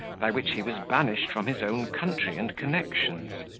by which he was banished from his own country and connections.